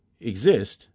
exist